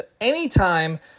anytime